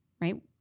right